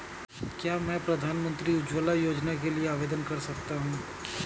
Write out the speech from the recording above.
क्या मैं प्रधानमंत्री उज्ज्वला योजना के लिए आवेदन कर सकता हूँ?